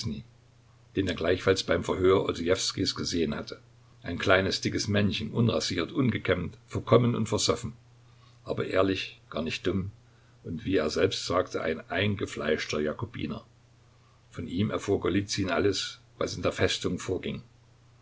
den er gleichfalls beim verhör odojewskijs gesehen hatte ein kleines dickes männchen unrasiert ungekämmt verkommen und versoffen aber ehrlich gar nicht dumm und wie er selbst sagte ein eingefleischter jakobiner von ihm erfuhr golizyn alles was in der festung vorging